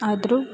ಆದರೂ